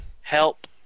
help